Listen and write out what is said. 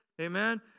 Amen